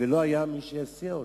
ולא היה מי שיסיע אותם.